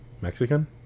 Mexican